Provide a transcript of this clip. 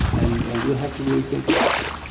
and, and we'll have to really think about that.